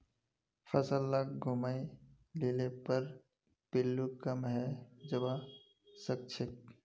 फसल लाक घूमाय लिले पर पिल्लू कम हैं जबा सखछेक